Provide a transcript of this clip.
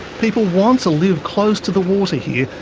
people want to live close to the water here,